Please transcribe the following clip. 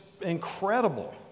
incredible